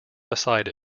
beside